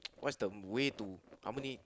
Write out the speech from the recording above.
what's the way to how many